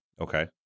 Okay